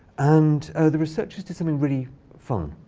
and the researchers do something really fun,